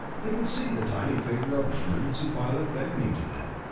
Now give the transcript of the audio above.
they could see the tiny figure of the emergency pilot beckoning to them.